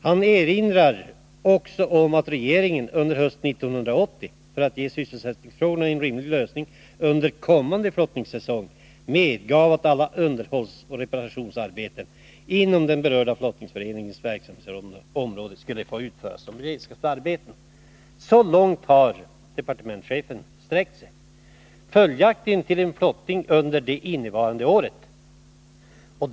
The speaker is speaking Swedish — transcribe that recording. Han erinrar också om att regeringen under hösten 1980, för att ge sysselsättningsfrågorna en rimlig lösning under kommande flottningssäsong, medgav att alla underhållsoch reparationsarbeten inom den berörda flottningsföreningens verksamhetsområde skulle få utföras som beredskapsarbeten.” Så långt har departementschefen sträckt sig, följaktligen till flottning under innevarande år.